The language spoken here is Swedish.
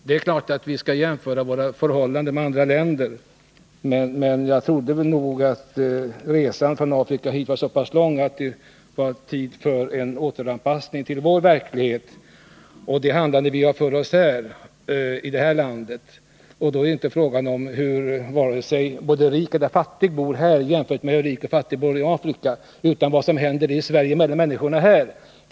Det är klart att vi skall jämföra våra förhållanden med andra länders, men jag trodde att resan från Afrika till Sverige var så pass lång att det fanns tid för en återanpassning till vår verklighet och det som vi har för oss i det här landet. Då är det inte fråga om hur rik och fattig bor här jämfört med hur rik och fattig bor i Afrika. Det gäller vad som händer människorna här i Sverige.